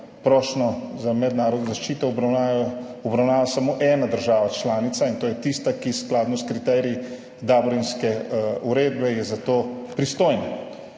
prošnjo za mednarodno zaščito obravnava samo ena država članica, in to je tista, ki je skladno s kriteriji Dublinske uredbe za to pristojna.